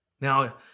Now